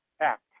Act